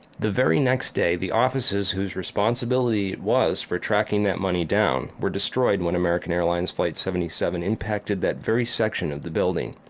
the very next day the offices whose responsibility it was for tracking that money down were destroyed when american airlines flight seventy seven impacted that very section of the building.